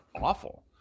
awful